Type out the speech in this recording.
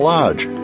Lodge